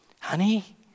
Honey